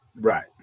Right